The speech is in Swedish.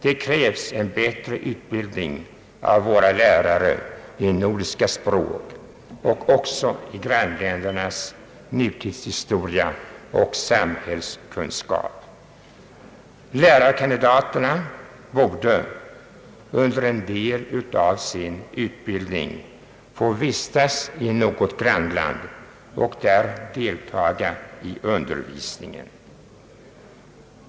Det krävs en bättre utbildning av våra lärare i nordiska språk och också i grannländernas nutidshistoria och samhällskunskap. Lärarkandidaterna borde under en del av sin utbildning få vistas i något grannland och där deltaga i undervisningen.